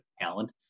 talent